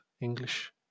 english